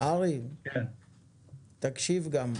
תקשיב גם.